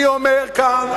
אני אומר כאן,